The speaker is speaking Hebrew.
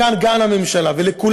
אני קורא מכאן גם לממשלה ולכולנו,